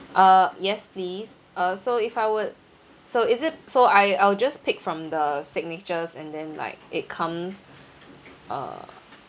uh yes please uh so if I would so is it so I I'll just pick from the signatures and then like it comes uh